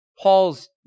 Paul's